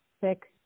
six